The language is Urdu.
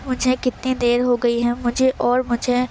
مجھے کتنی دیر ہو گئی ہے مجھے اور مجھے